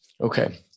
okay